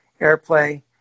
airplay